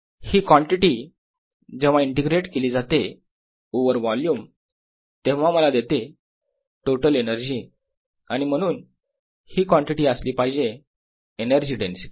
ही quantity जेव्हा integrate केली जाते ओवर वोल्युम तेव्हा मला देते टोटल एनर्जी आणि म्हणून ही कॉन्टिटी असली पाहिजे एनर्जी डेन्सिटी